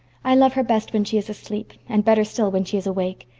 i love her best when she is asleep and better still when she is awake,